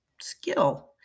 skill